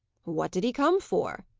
what did he come for?